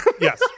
Yes